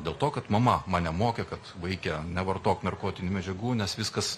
dėl to kad mama mane mokė kad vaike nevartok narkotinių medžiagų nes viskas